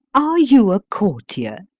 are you a courtier?